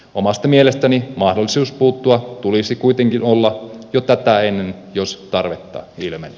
omasta mielestäni mahdollisuus puuttua tulisi kuitenkin olla jo tätä ennen jos tarvetta ilmenee